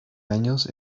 años